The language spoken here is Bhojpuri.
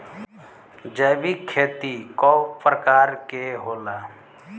जैविक खेती कव प्रकार के होला?